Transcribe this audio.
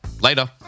Later